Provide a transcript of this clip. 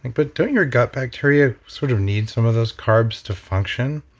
and but don't your gut bacteria sort of need some of those carbs to function?